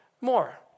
more